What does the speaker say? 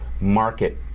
market